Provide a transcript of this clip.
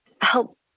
help